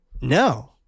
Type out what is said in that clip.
No